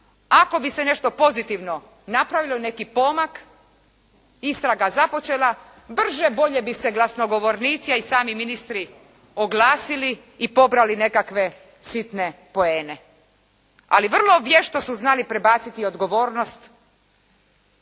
Ako bi se nešto pozitivno napravilo neki pomak istraga započela brže bolje bi se glasnogovornici, a i sami ministri oglasili i pobrali nekakve sitne poene. Ali vrlo vješto su znali prebaciti odgovornost